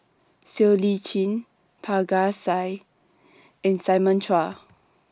Siow Lee Chin Parga Singh and Simon Chua